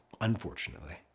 unfortunately